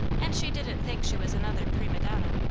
and she didn't think she was another prima donna.